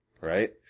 right